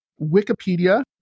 Wikipedia